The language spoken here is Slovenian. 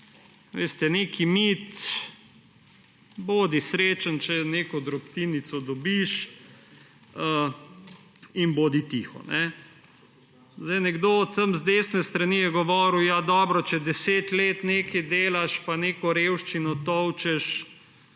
strani. Neki mit, da bodi srečen, če neko drobtinico dobiš, in bodi tiho. Nekdo z desne strani je govoril, ja dobro, če 10 let nekaj delaš pa neko revščino tolčeš,